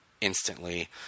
instantly